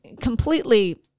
completely